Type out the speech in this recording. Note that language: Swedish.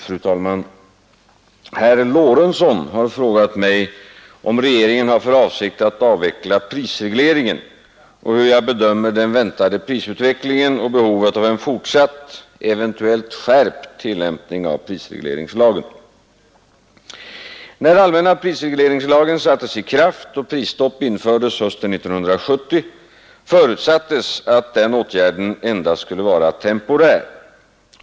Fru talman! Herr Lorentzon har frågat mig om regeringen har för avsikt att avveckla prisregleringen och hur jag bedömer den väntade prisutvecklingen och behovet av en fortsatt, eventuellt skärpt, tillämpning av prisregleringslagen. När allmänna prisregleringslagen sattes i kraft och prisstopp infördes hösten 1970 förutsattes att denna åtgärd endast skulle vara temporär.